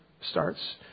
starts